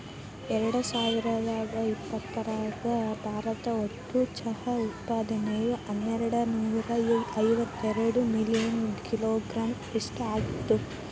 ಎರ್ಡಸಾವಿರದ ಇಪ್ಪತರಾಗ ಭಾರತ ಒಟ್ಟು ಚಹಾ ಉತ್ಪಾದನೆಯು ಹನ್ನೆರಡನೂರ ಇವತ್ತೆರಡ ಮಿಲಿಯನ್ ಕಿಲೋಗ್ರಾಂ ಅಷ್ಟ ಆಗಿತ್ತು